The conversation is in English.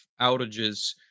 outages